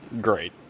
great